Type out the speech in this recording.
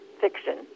fiction